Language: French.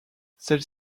celles